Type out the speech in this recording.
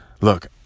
Look